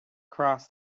cross